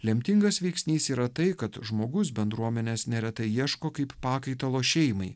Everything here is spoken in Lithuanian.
lemtingas veiksnys yra tai kad žmogus bendruomenės neretai ieško kaip pakaitalo šeimai